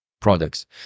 products